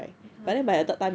(uh huh)